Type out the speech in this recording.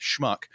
schmuck